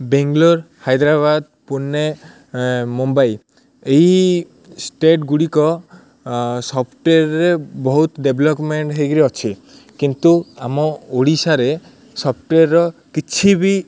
ବେଙ୍ଗଲୋର ହାଇଦ୍ରାବାଦ ପୁନେ ମୁମ୍ବାଇ ଏଇ ଷ୍ଟେଟ୍ଗୁଡ଼ିକ ସଫ୍ଟୱେରରେ ବହୁତ ଡେଭଲପମେଣ୍ଟ୍ ହେଇକରି ଅଛି କିନ୍ତୁ ଆମ ଓଡ଼ିଶାରେ ସଫ୍ଟୱେରର କିଛି ବି